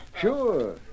Sure